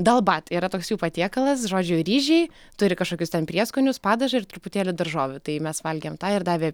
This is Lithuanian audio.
dalbat yra toks jų patiekalas žodžiu ryžiai turi kažkokius ten prieskonius padažą ir truputėlį daržovių tai mes valgėm tą ir davė